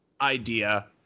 idea